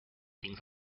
things